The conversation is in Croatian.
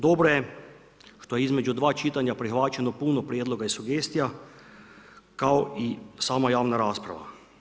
Dobro je što je između dva čitanja prihvaćeno puno prijedloga i sugestija kao i sama javna rasprava.